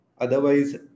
otherwise